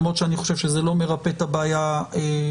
למרות שאני חושב שזה לא מרפה את הבעיה החוקתית.